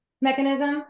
mechanism